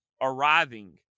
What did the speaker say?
arriving